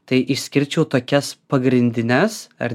tai išskirčiau tokias pagrindines ar